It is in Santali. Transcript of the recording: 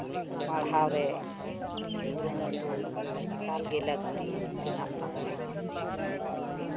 ᱯᱟᱲᱦᱟᱣ ᱨᱮ ᱠᱩᱨᱩᱢᱩᱴᱩ ᱮᱠᱟᱞᱜᱮ ᱞᱟᱹᱠᱛᱤ ᱢᱮᱱᱟᱜ ᱛᱟᱵᱚᱱᱟ